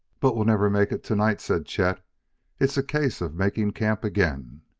but we'll never make it to-night, said chet it's a case of making camp again.